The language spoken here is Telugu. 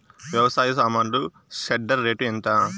వ్యవసాయ సామాన్లు షెడ్డర్ రేటు ఎంత?